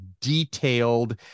detailed